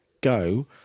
go –